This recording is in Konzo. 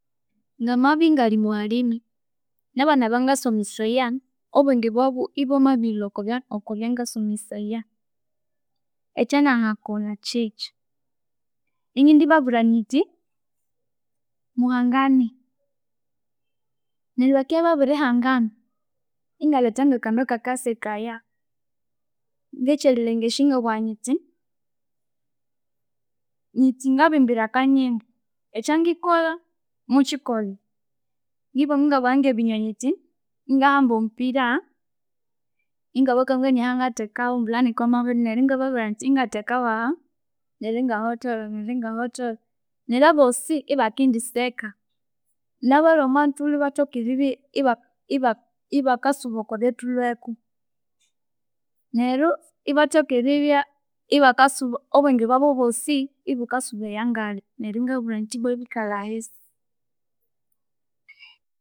Ngamabya ngali mughalimi nabana bangasomesaya obwenge bwabu ibwamabilwa okobya okobyangasomesaya, ekyangangakolha kyekyi ingindibabwira nyithi muhangane neryu bakibya babirihangana ingaletha ngakandu kakasekaya ngekyerilengesya ingabughindi nyithi ngabimbira akanyimbu, ekyangikolha mukyikolhe. Ngibamu inbugha ngebinye nyithi ingahamba omupira ingabakangania ahangathekawu mbuli ni corner neryu ingababwira indi ingatheka waha neryu ingahotholha neryu ingahotholha neryu abosi ibakendiseka nabalwe omwathulhu ibathoka eribya ibakasuba okwabyathulweku neryu ibathoka eribya ibakasuba obwenge bwabu obwosi ibukasuba eyangalhi neryu ingababwira indi ibwa bikale ahisi